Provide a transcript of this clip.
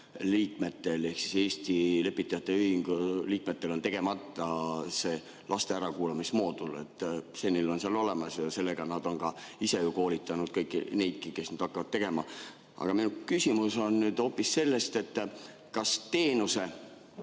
liikmetel ehk Eesti Lepitajate Ühingu liikmetel on tegemata see laste ärakuulamise moodul. See on neil seal olemas ja sellega nad on ise ju koolitanud kõiki neidki, kes nüüd hakkavad seda tegema. Aga minu küsimus on hoopis selle kohta, kas teenuse